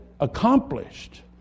accomplished